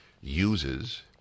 uses